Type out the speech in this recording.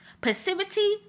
Passivity